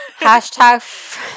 Hashtag